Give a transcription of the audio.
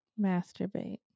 Masturbate